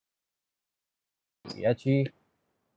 it actually